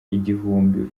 igihumbi